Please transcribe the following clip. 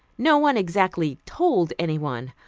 no one exactly told anyone,